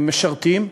במשרתים,